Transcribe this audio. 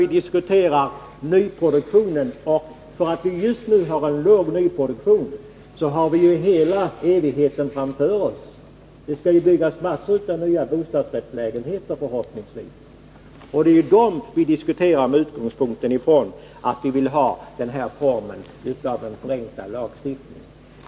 Vi diskuterar nu nyproduktionen, och även om det just nu är en låg nyproduktion har vi ju hela evigheten framför oss. Det skall förhoppningsvis byggas massor av nya bostadsrättslägenheter. Det är dem vi diskuterar med utgångspunkt från att vi vill ha den här formen av en förenklad lagstiftning.